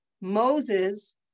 Moses